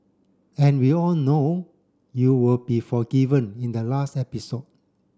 and we all know you will be forgiven in the last episode